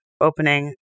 opening